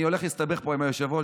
אני הולך להסתבך פה עם היושב-ראש,